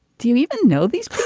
do you even know these?